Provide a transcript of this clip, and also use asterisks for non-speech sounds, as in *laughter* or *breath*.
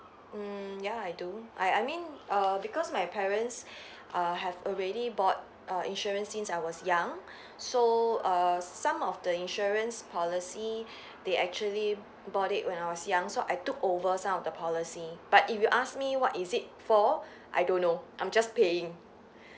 mm ya I do I I mean err because my parents *breath* err have already bought a insurance since I was young so err some of the insurance policy they actually bought it when I was young so I took over some of the policy but if you ask me what is it for I don't know I'm just paying